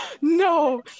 No